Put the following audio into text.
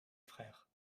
frère